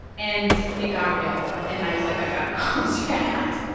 and it got real. and i was like, i've got to call chad